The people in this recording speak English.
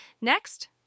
Next